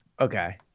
Okay